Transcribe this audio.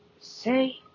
say